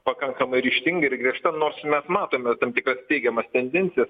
pakankamai ryžtinga ir griežta nors mes matome tam tikras teigiamas tendencijas